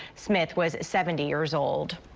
smith was seventy years old.